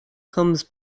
comes